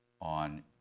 on